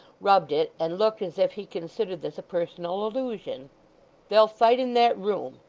rubbed it, and looked as if he considered this a personal allusion they'll fight in that room.